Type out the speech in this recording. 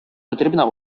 потрібна